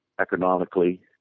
economically